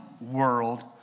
world